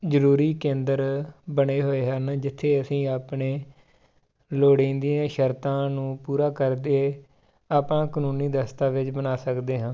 ਜ਼ਰੂਰੀ ਕੇਂਦਰ ਬਣੇ ਹੋਏ ਹਨ ਜਿੱਥੇ ਅਸੀਂ ਆਪਣੇ ਲੋੜੀਂਦੀਆਂ ਸ਼ਰਤਾਂ ਨੂੰ ਪੂਰਾ ਕਰਦੇ ਆਪਾਂ ਕਾਨੂੰਨੀ ਦਸਤਾਵੇਜ਼ ਬਣਾ ਸਕਦੇ ਹਾਂ